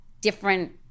different